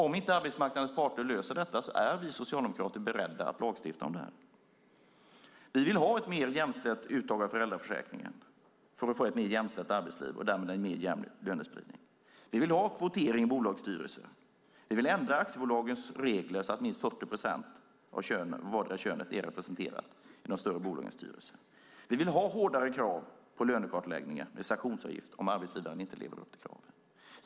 Om inte arbetsmarknadens parter löser detta är vi socialdemokrater beredda att lagstifta om det. Vi vill ha ett mer jämställt uttag av föräldraförsäkringen så att vi får ett mer jämställt arbetsliv och därmed en mer jämn lönespridning. Vi vill ha kvotering i bolagsstyrelser. Vi vill ändra aktiebolagens regler så att minst 40 procent av vartdera könet är representerat i de större bolagens styrelser. Vi vill ha hårdare krav på lönekartläggning och sanktionsavgift om arbetsgivaren inte lever upp till det.